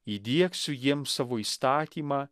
įdiegsiu jiems savo įstatymą